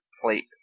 plate